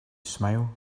smile